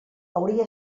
hauria